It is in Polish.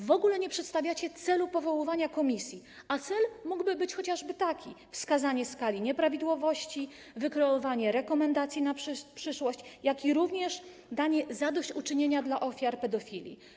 W ogóle nie przedstawiacie celu powoływania komisji, a cel mógłby być chociażby taki: wskazanie skali nieprawidłowości, wykreowanie rekomendacji na przyszłość jak również zadośćuczynienie ofiarom pedofilii.